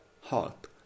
Heart